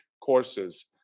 courses